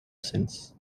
since